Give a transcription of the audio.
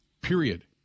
Period